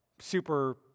super